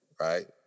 right